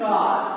God